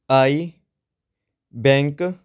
I bank